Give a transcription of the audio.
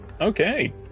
Okay